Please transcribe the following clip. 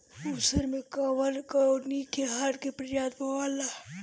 उसर मै कवन कवनि धान के प्रजाति बोआला?